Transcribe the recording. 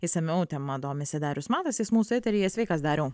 išsamiau tema domisi darius matas jis mūsų eteryje sveikas dariau